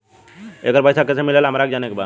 येकर पैसा कैसे मिलेला हमरा के जाने के बा?